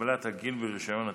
הגבלת הגיל ברישיון הטיס.